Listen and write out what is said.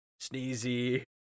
sneezy